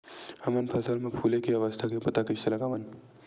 हमन फसल मा फुले के अवस्था के पता कइसे लगावन?